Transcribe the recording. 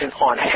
on